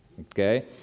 okay